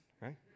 right